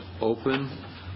open